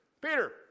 Peter